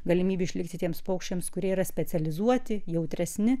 galimybių išlikti tiems paukščiams kurie yra specializuoti jautresni